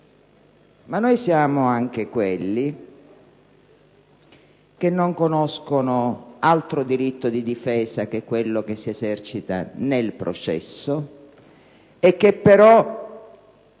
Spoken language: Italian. Noi siamo però anche quelli che non conoscono altro diritto di difesa che quello che si esercita nel processo e che però